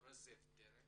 פורצת דרך